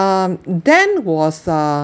um then was uh